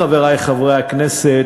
חברי חברי הכנסת,